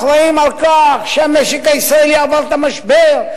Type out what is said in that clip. אחראים לכך שהמשק הישראלי עבר את המשבר,